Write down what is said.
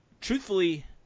truthfully